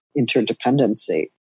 interdependency